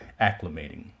acclimating